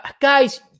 Guys